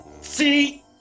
see